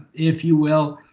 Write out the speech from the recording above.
if you will.